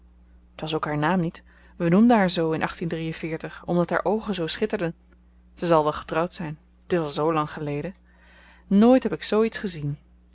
t was ook haar naam niet we noemden haar zoo in omdat haar oogen zoo schitterden ze zal wel getrouwd zyn t is al zoo lang geleden nooit heb ik zoo iets gezien